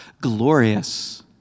glorious